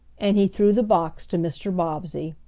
and he threw the box to mr. bobbsey.